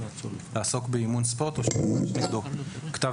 לעסוק באימון ספורט או שהוגש נגדו כתב